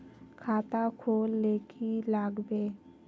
खाता खोल ले की लागबे?